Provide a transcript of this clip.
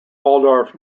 waldorf